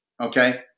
Okay